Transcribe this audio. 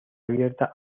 abierta